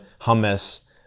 hummus